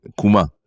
Kuma